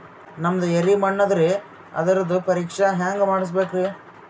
ನಮ್ದು ಎರಿ ಮಣ್ಣದರಿ, ಅದರದು ಪರೀಕ್ಷಾ ಹ್ಯಾಂಗ್ ಮಾಡಿಸ್ಬೇಕ್ರಿ?